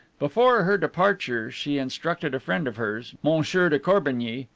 before her departure she instructed a friend of hers, monsieur de corbigny,